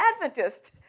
Adventist